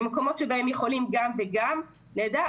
במקומות שבהם יכולים גם וגם, נהדר.